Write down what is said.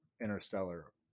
interstellar